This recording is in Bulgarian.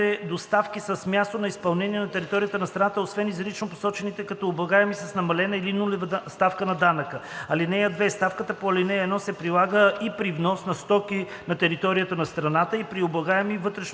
с място на изпълнение на територията на страната, освен изрично посочените като облагаеми с намалена или нулева ставка на данъка. (2) Ставката по ал. 1 се прилага и при внос на стоки на територията на страната, и при облагаеми вътреобщностни придобивания